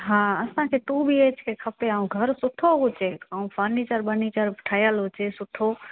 हा असांखे two B H K खपे ऐं घरु सुठो हुजे ऐं फर्नीचर ॿर्नीचर ठहियलु हुजे सुठो